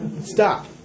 Stop